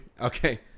Okay